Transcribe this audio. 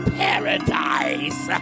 paradise